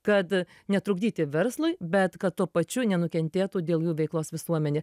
kad netrukdyti verslui bet kad tuo pačiu nenukentėtų dėl jų veiklos visuomenė